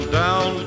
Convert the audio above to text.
down